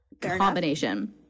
combination